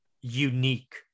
unique